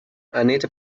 anita